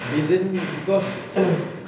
reason cause